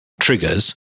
triggers